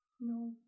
No